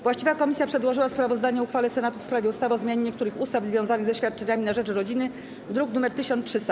Właściwa komisja przedłożyła sprawozdanie o uchwale Senatu w sprawie ustawy o zmianie niektórych ustaw związanych ze świadczeniami na rzecz rodziny, druk nr 1300.